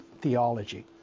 theology